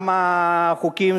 גם החוקים,